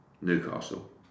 Newcastle